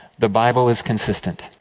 the bible is consistent.